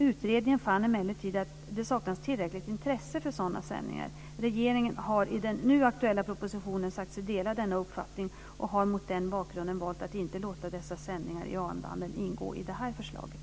Utredningen fann emellertid att det saknas tillräckligt intresse för sådana sändningar. Regeringen har i den nu aktuella propositionen sagt sig dela denna uppfattning och har mot den bakgrunden valt att inte låta dessa sändningar i AM-banden ingå i förslaget.